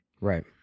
Right